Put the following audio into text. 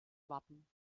wappen